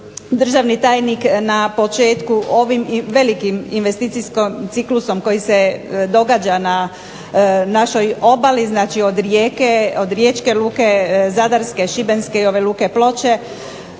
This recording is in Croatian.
državni tajnik na početku ovim velikim investicijskim ciklusom koji se događa na našoj obali, znači od Rijeke, riječke luke, zadarske, šibenske i ove luke Ploče